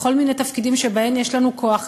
לכל מיני תפקידים שבהם יש לנו כוח.